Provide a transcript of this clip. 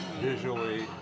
visually